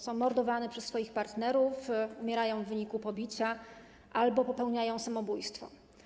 Są mordowane przez swoich partnerów, umierają w wyniku pobicia albo popełniają samobójstwo.